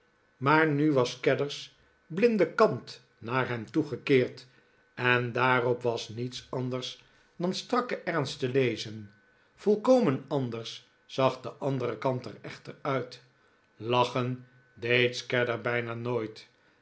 maar nu was scadder's blinde kant naar hem toegekeerd en daarop was niets anders dan strakke ernst te lezen volkomen anders zag de andere kant er echter uit lachen deed scadder bijna nooit